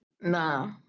No